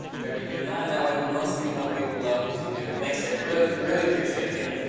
jeffrey hughes, not in that way, but mostly you help people love what you do. thanks, jeffrey, really really appreciate it. thank you, man.